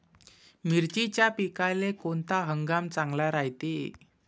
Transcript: मिर्चीच्या पिकाले कोनता हंगाम चांगला रायते?